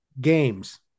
games